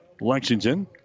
Lexington